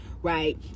Right